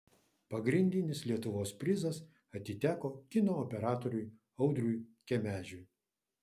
pagrindinis lietuvos prizas atiteko kino operatoriui audriui kemežiui